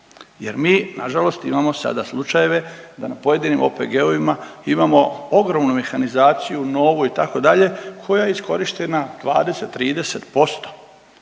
Jer mi na žalost imamo sada slučajeve da na pojedinim OPG-ovima imamo ogromnu mehanizaciju novu itd. koja je iskorištena 20, 30